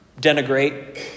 denigrate